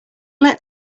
let